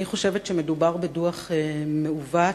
אני חושבת שמדובר בדוח מעוות,